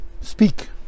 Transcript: speak